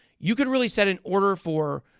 you can really set an order for